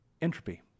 entropy